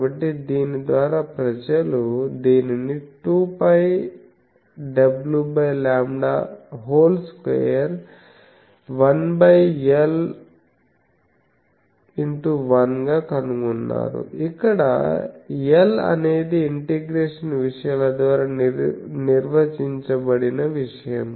కాబట్టి దీని ద్వారా ప్రజలు దీనిని 2πwλ21I1 గా కనుగొన్నారు ఇక్కడ I అనేది ఇంటిగ్రేషన్ విషయాల ద్వారా నిర్వచించబడిన విషయం